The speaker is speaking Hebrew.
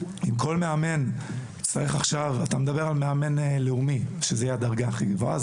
מאמן לאומי יהיה בדרגה הכי גבוהה,